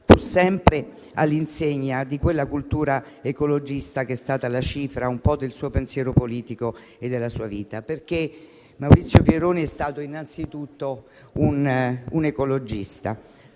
fu sempre all'insegna di quella cultura ecologista che è stata la cifra del suo pensiero politico e della sua vita, perché Maurizio Pieroni è stato innanzi tutto un ecologista.